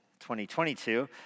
2022